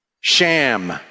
sham